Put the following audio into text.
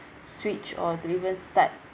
switch or to even start